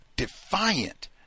defiant